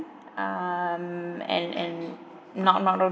um and and not not